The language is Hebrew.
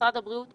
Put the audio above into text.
משרד הבריאות,